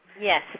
yes